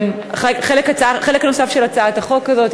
חלק נוסף של הצעת החוק הזאת,